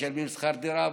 משלמים שכר דירה מלא?